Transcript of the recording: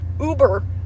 Uber